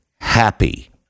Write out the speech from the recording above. happy